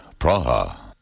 Praha